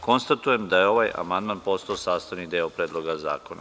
Konstatujem da je ovaj amandman postao sastavni deo Predloga zakona.